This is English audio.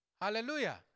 Hallelujah